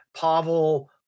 Pavel